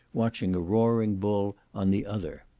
watching a roaring bull on the other.